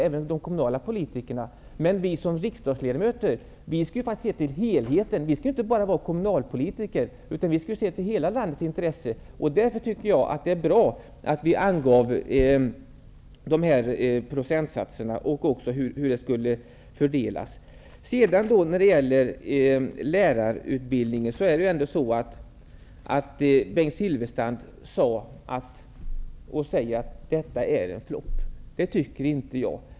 Men vi har som riksdagsledamöter att se till helheten och till hela landets intresse. Därför tycker jag att det är bra att vi angav de här procentsatserna och fördelningen. Bengt Silfverstrand sade att den nya lärarutbildningen blivit en flopp. Det tycker inte jag.